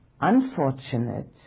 unfortunate